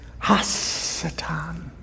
Hasatan